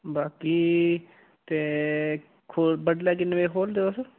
बाकी ते बड्डै'लै कि'न्नै बजे खोलदे ओ तुस